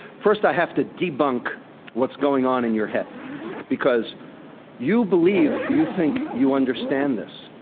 first i have to debunk what's going on in your head because you believe you think you understand this.